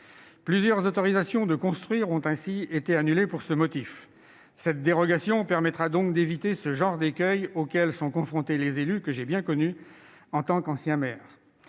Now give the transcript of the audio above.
Plusieurs autorisations de construire ont ainsi été annulées pour ce motif. Cette dérogation permettra donc d'éviter ce genre d'écueil auquel sont confrontés les élus et que j'ai bien connu à l'époque où